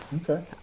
Okay